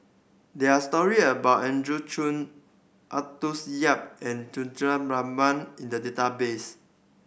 there're story about Andrew Chew Arthur Yap and Rahman in the database